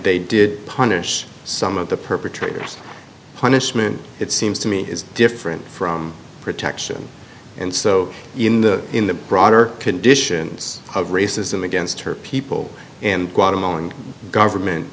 they did punish some of the perpetrators punishment it seems to me is different from protection and so in the in the broader conditions of racism against her people and guatemalan government